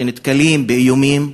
שנתקלים באיומים,